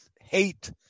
hate